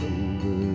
over